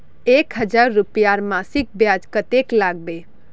एक हजार रूपयार मासिक ब्याज कतेक लागबे?